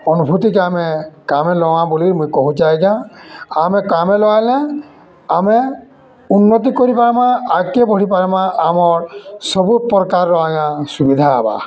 ଅନୁଭୂତିକେ ଆମେ କାମେ ଲଗାମା ବୋଲିକରି ମୁଇଁ କହୁଛେଁ ଆଜ୍ଞା ଆମେ କାମେ ଲଗାଲେ ଆମେ ଉନ୍ନତି କରିପାର୍ମା ଆଗ୍କେ ବଢ଼ିପାର୍ମା ଆମର୍ ସବୁ ପ୍ରକାରର୍ ଆଜ୍ଞା ସୁବିଧା ହେବା